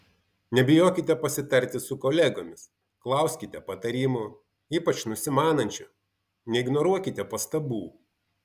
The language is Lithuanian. nebijokite pasitarti su kolegomis klauskite patarimų ypač nusimanančių neignoruokite pastabų